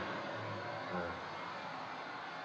ah